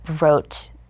wrote